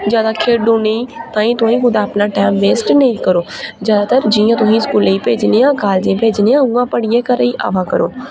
ज्यादा खेढो नेईं तांई तुई कुतै अपना टैम वेस्ट नेई करो ज्यादातर जि'यां तुहेंगी स्कूलै गी भेजने आं कालजें गी भेजने आं उ'आं पढ़ियै घरै गी आवा करो